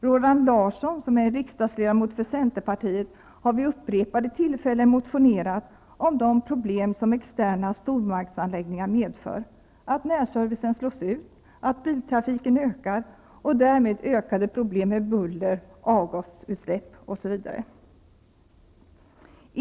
Roland Larsson, riksdagsledamot för centern, har vid upprepade tillfällen motionerat om de problem som externa stormarknadsanläggningar medför: att närservicen slås ut, att biltrafiken ökar och därmed större problem med buller, avgasutsläpp osv.